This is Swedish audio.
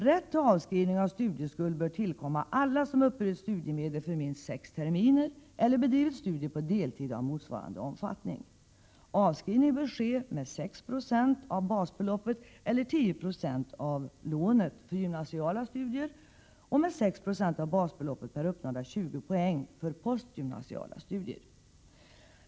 Rätt till avskrivning av studieskuld bör tillkomma alla som uppburit studiemedel för minst sex terminer eller bedrivit studier på deltid av motsvarande omfattning. Avskrivning bör ske med 6 96 av basbeloppet eller med 10 96 av lånet för gymnasiala studier och med 6 90 av basbeloppet per uppnådda 20 poäng för postgymnasiala studier.